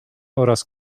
oraz